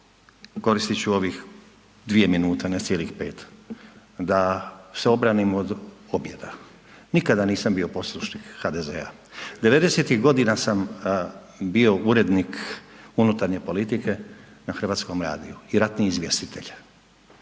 koristit ću ovih dvije minute ne cijelih pet da se obranim od objeda. Nikada nisam bio poslušnik HDZ-a. Devedesetih godina sam bio urednik unutarnje politike na Hrvatskom radiju i ratni izvjestitelj